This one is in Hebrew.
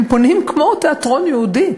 הם פונים כמו תיאטרון יהודי,